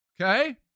Okay